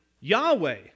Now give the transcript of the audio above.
Yahweh